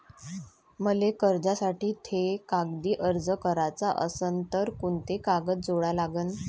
मले कर्जासाठी थे कागदी अर्ज कराचा असन तर कुंते कागद जोडा लागन?